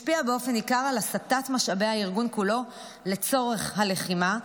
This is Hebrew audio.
השפיע באופן ניכר על הסטת משאבי הארגון כולו לצורך הלחימה,